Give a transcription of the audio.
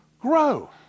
grow